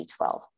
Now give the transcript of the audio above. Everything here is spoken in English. B12